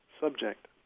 subject